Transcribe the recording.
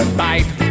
bite